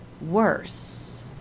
worse